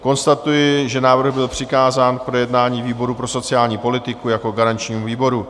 Konstatuji, že návrh byl přikázán k projednání výboru pro sociální politiku jako garančnímu výboru.